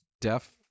deaf